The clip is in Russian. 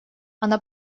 она